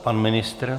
Pan ministr?